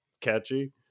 catchy